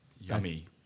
Yummy